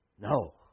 no